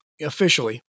Officially